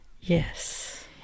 Yes